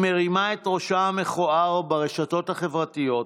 היא מרימה את ראשה המכוער ברשתות החברתיות,